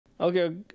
Okay